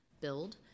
build